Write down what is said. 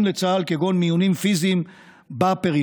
לצה"ל כגון מיונים פיזיים בפריפריה,